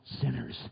sinners